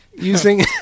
Using